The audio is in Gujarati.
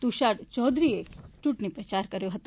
તુષાર ચૌધરીએ ચૂંટણી પ્રચાર કર્યો હતો